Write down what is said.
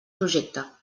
projecte